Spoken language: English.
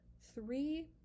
three